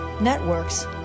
networks